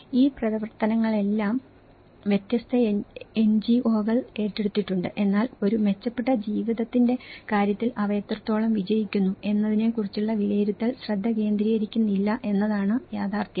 ഈ പ്രവർത്തനങ്ങളെല്ലാം വ്യത്യസ്ത എൻജിഒകൾ ഏറ്റെടുത്തിട്ടുണ്ട് എന്നാൽ ഒരു മെച്ചപ്പെട്ട ജീവിതത്തിന്റെ കാര്യത്തിൽ അവ എത്രത്തോളം വിജയിക്കുന്നു എന്നതിനെക്കുറിച്ചുള്ള വിലയിരുത്തലുകൾ ശ്രദ്ധ കേന്ദ്രീകരിക്കുന്നില്ല എന്നതാണ് യാഥാർത്ഥ്യം